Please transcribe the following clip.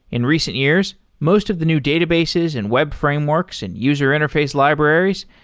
in recent years, most of the new databases, and web frameworks, and user interface libraries,